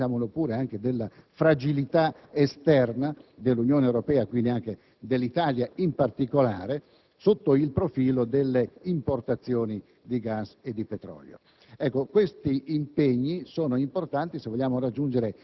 il terzo è la limitazione della vulnerabilità - diciamolo pure, anche della fragilità - esterna dell'Unione Europea, quindi dell'Italia in particolare, sotto il profilo delle importazioni di gas e di petrolio.